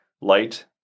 light